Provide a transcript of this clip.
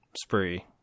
spree